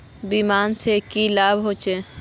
बीमा से की लाभ होचे?